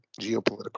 Geopolitical